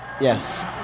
yes